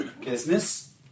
business